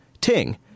Ting